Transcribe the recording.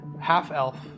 half-elf